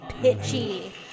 pitchy